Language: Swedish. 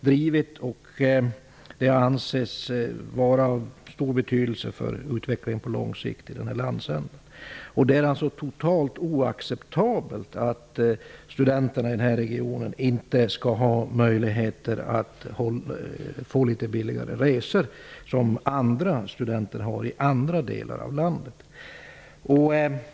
Det har ansetts vara av stor betydelse för utvecklingen på lång sikt i den här landsändan. Det är totalt oacceptabelt att studenterna i den här regionen inte skall ha möjligheter att få litet billigare resor när andra studenter i andra delar av landet har det.